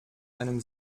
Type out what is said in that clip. einem